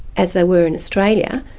as they were in australia,